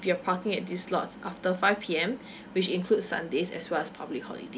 you are parking at this lots after five P_M which include sundays as well as public holidays